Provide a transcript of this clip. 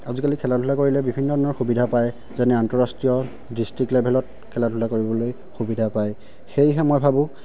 আজিকালি খেলা ধূলা কৰিলে বিভিন্ন ধৰণৰ সুবিধা পায় যেনে আন্তঃৰাষ্ট্ৰীয় ডিষ্ট্ৰিকট লেভেলত খেলা ধূলা কৰিবলৈ সুবিধা পায় সেয়েহে মই ভাবোঁ